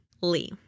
Lee